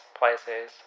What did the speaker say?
places